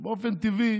באופן טבעי